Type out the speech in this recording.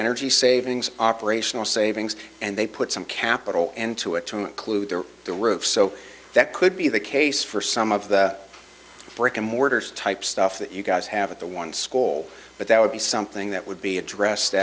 energy savings operational savings and they put some capital and to it to include the roof so that could be the case for some of the brick and mortars type stuff that you guys have at the one school but that would be something that would be addressed